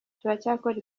turacyakora